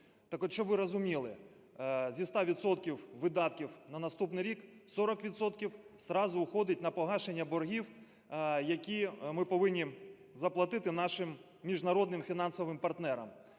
Так от щоб ви розуміли, зі 100 відсотків видатків на наступний рік 40 відсотків зразу уходить на погашення боргів, які ми повинні заплатити нашим міжнародним фінансовим партнерам.